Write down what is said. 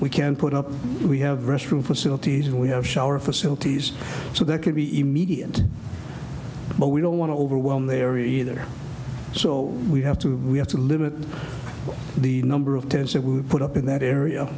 we can put up we have restroom facilities and we have shower facilities so there could be immediate but we don't want to overwhelm there either so we have to we have to limit the number of tents that we put up in that area